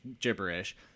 gibberish